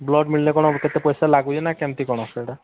blood ମିଳିଲେ କ'ଣ କେତେ ପଇସା ଲାଗୁଛି ନା କେମିତି କ'ଣ ସେଇଟା